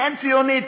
כן ציונית,